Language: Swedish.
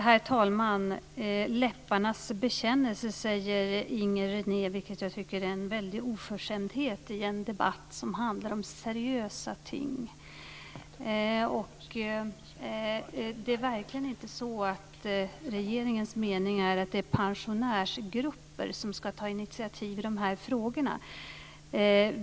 Herr talman! Läpparnas bekännelse, säger Inger René, vilket jag tycker är en väldig oförskämdhet i en debatt som handlar om seriösa ting. Det är verkligen inte så att regeringens mening är att det är pensionärsgrupper som ska ta initiativ i dessa frågor.